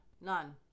None